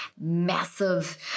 massive